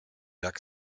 jak